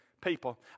people